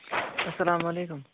السَلام علیکُم